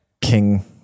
king